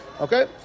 okay